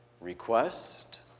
Request